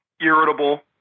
Irritable